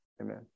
amen